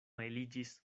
eliĝis